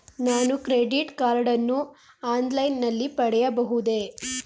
ನಾನು credit card ಅನ್ನು online ನಲ್ಲಿ ಪಡೆಯಬಹುದೇ?